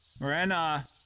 Marina